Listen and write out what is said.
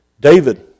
David